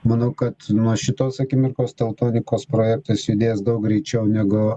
manau kad nuo šitos akimirkos teltonikos projektas judės daug greičiau negu